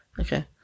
Okay